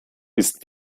ist